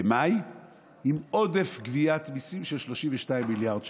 במאי עם עודף גביית מיסים של 32 מיליארד שקל,